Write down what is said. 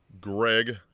Greg